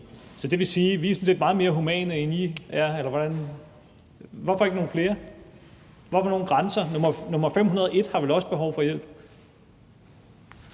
Så det vil sige, at vi sådan set er meget mere humane, end I er. Hvorfor ikke tage imod nogle flere? Hvad er det for nogle grænser? Nummer 501 har vel også behov for hjælp.